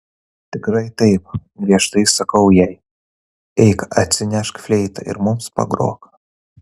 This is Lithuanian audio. tikrai taip griežtai sakau jai eik atsinešk fleitą ir mums pagrok